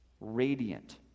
radiant